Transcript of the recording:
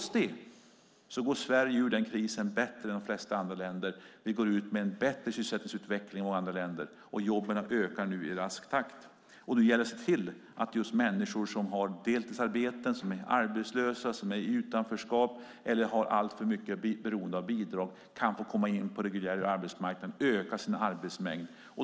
Sverige har gått ur krisen bättre än de flesta andra länder. Vi har en bättre sysselsättningsutveckling än andra länder, och jobben ökar i rask takt. Nu gäller det att se till att människor som har deltidsarbeten, som är arbetslösa, som är i utanförskap eller är allt för beroende av bidrag kan få komma in på den reguljära arbetsmarknaden och öka sin arbetsmängd.